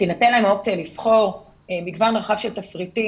תינתן להם האופציה לבחור מגוון רחב של תפריטים.